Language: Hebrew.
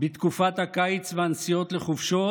בתקופת הקיץ והנסיעות לחופשות